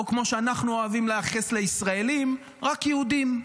או כמו שאנחנו אוהבים לייחס לישראלים, רק יהודים.